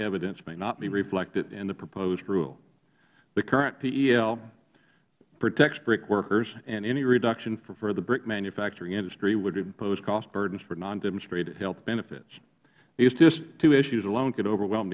evidence may not be reflected in the proposed rule the current pel protects brick workers and any reduction for the brick manufacturing industry would impose cost burdens for nondemonstrated health benefits these two issues alone could overwhelm